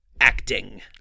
acting